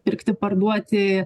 pirkti parduoti